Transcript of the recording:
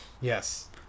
Yes